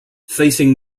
facing